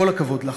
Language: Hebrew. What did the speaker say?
כל הכבוד לך,